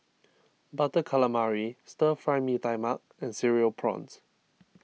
Butter Calamari Stir Fry Mee Tai Mak and Cereal Prawns